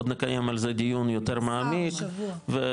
עוד נקיים על זה דיון יותר מעמיק וכו'